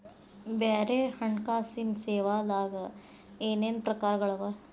ಬ್ಯಾರೆ ಹಣ್ಕಾಸಿನ್ ಸೇವಾದಾಗ ಏನೇನ್ ಪ್ರಕಾರ್ಗಳವ?